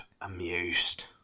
amused